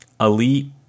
elite